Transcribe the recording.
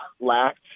lacked